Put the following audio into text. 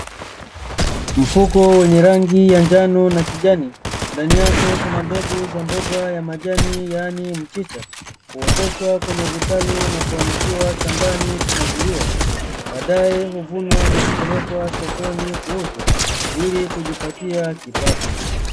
Mfuko wenye rangi ya njano na kijani ndani yake kuna mbegu za mboga ya majani yaani mchicha huoteshwa kwenye vitalu na kuhamishiwa shambani kumwagiliwa baadae huvunwa na kupelekwa sokoni kuuzwa ili kujipatia kipato.